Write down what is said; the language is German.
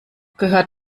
gehört